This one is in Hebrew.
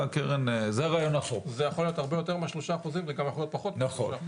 זה יכול להיות הרבה יותר מ-3% וגם יכול להיות פחות מ-3%,